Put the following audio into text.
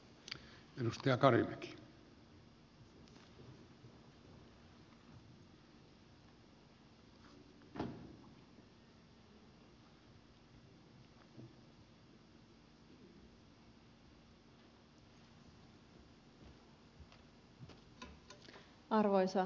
arvoisa puhemies